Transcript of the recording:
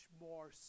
more